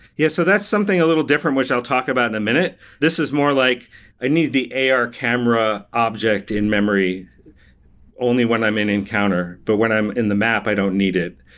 yeah. so, that's something a little different, which i'll talk about in a minute. this is more like i need the ar camera object in-memory only when i'm in encounter. but when i'm in the map, i don't need it.